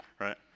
right